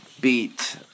beat